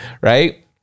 right